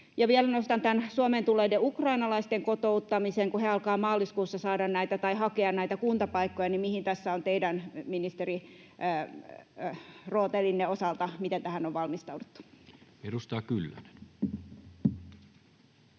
Ja vielä nostan tämän Suomeen tulleiden ukrainalaisten kotouttamisen. Kun he alkavat hakea maaliskuussa näitä kuntapaikkoja, niin miten tähän on, ministeri, teidän rootelinne osalta valmistauduttu? Edustaja Kyllönen.